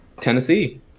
Tennessee